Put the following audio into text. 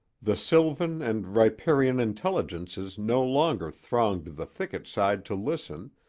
the sylvan and riparian intelligences no longer thronged the thicket-side to listen,